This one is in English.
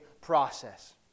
process